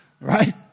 Right